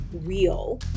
real